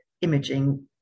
imaging